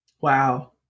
Wow